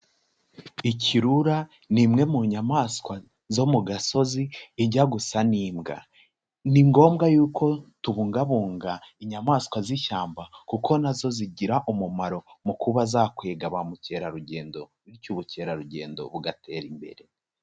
Ikirura ni imwe mu nyamaswa zo mu gasozi ijya gusa n'imbwa, ni ngombwa yuko tubungabunga inyamaswa z'ishyamba kuko nazo zigira umumaro mu kuba zakwega ba mukerarugendo bityo ubukerarugendo bugatera imbere.